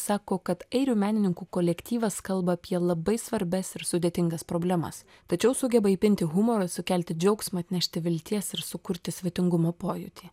sako kad airių menininkų kolektyvas kalba apie labai svarbias ir sudėtingas problemas tačiau sugeba įpinti humorą sukelti džiaugsmą atnešti vilties ir sukurti svetingumo pojūtį